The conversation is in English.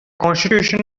constitution